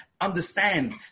understand